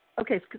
Okay